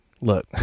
look